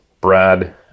Brad